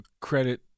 credit